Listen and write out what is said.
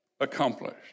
accomplished